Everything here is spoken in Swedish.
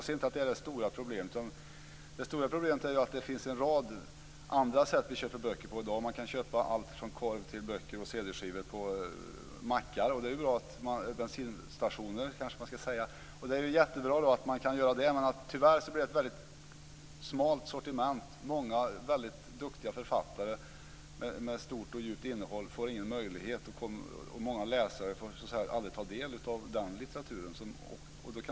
Det stora problemet är dock att det i dag finns en rad andra sätt att köpa böcker på. Man kan köpa allt från korv till böcker och cd-skivor på mackar - eller jag kanske ska säga bensinstationer - och det är jättebra, men tyvärr har de ett väldigt smalt sortiment. Många duktiga författare med stort och djupt innehåll får ingen möjlighet till avsättning där, och många läsare får därför aldrig ta del av deras litteratur.